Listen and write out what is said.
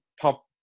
top